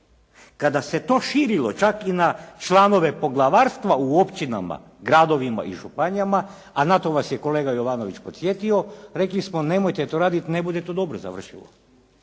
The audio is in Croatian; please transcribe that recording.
Kada se to širilo čak i na članove poglavarstva u općinama, gradovima i županijama, a na to nas je kolega Jovanović podsjetio, rekli smo nemojte to raditi, ne bude to dobro završilo.